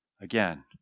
again